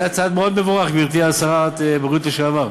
זה היה צעד מאוד מבורך, גברתי שרת הבריאות לשעבר.